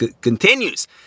continues